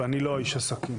ואני לא איש עסקים,